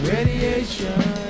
Radiation